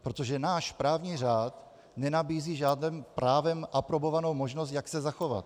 Protože náš právní řád nenabízí žádnou právem aprobovanou možnost, jak se zachovat.